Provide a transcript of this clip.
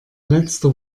letzter